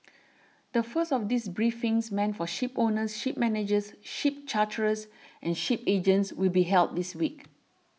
the first of these briefings meant for shipowners ship managers ship charterers and shipping agents will be held this week